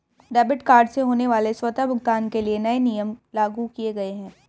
debit card से होने वाले स्वतः भुगतान के लिए नए नियम लागू किये गए है